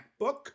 MacBook